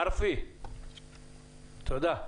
תודה.